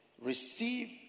receive